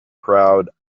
crowd